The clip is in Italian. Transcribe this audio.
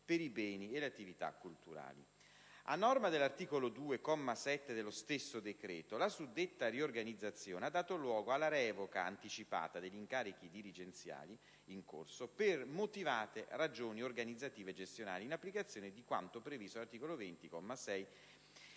per i beni e le attività culturali. A norma dell'articolo 2, comma 7, dello stesso decreto, la suddetta riorganizzazione ha dato luogo alla revoca anticipata degli incarichi dirigenziali in corso, per motivate ragioni organizzative e gestionali, in applicazione di quanto previsto dall'art. 20,